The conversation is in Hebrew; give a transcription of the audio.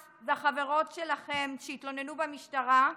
את והחברות שלך שהתלוננתן במשטרה,